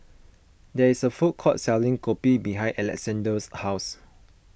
there is a food court selling Kopi behind Alexandr's house